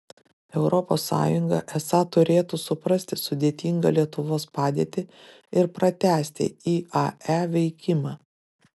europos sąjunga esą turėtų suprasti sudėtingą lietuvos padėtį ir pratęsti iae veikimą